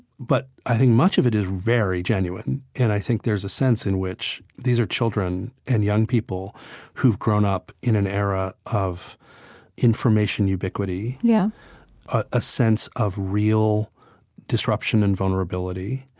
but i think much of it is very genuine. and i think there's a sense in which these are children and young people who've grown up in an era of information ubiquity yeah a sense of real disruption and vulnerability.